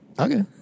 okay